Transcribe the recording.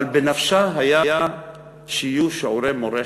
אבל בנפשה היה שיהיו שיעורי מורשת.